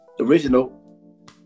original